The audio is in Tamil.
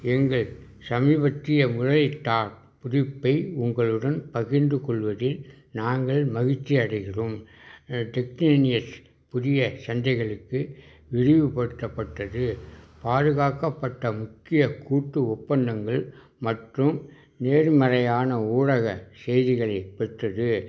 எங்கள் சமீபத்திய முதலீட்டா புதுப்பிப்பை உங்களுடன் பகிர்ந்து கொள்வதில் நாங்கள் மகிழ்ச்சியடைகின்றோம் டெக்ஜீனியஸ் புதிய சந்தைகளுக்கு விரிவுப்படுத்தப்பட்டது பாதுகாக்கப்பட்ட முக்கிய கூட்டு ஒப்பந்தங்கள் மற்றும் நேர்மறையான ஊடக செய்திகளைப் பெற்றது